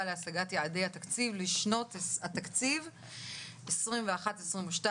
להשגת יעדי התקציב לשנות התקציב 2021 ו-2022),